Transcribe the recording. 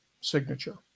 signature